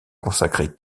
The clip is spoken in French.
consacré